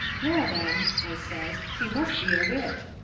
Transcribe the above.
well, then, i says, she must be a witch.